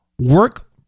work